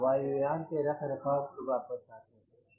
अब वायु यान के रख रखाव पर वापस आते हैं